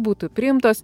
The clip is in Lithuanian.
būtų priimtos